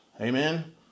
amen